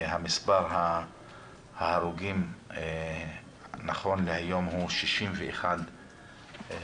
ומספר ההרוגים נכון להיום הוא 61 הרוגים.